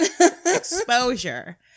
exposure